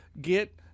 get